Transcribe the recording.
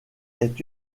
est